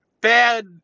bad